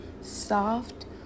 soft